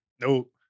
Nope